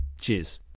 Cheers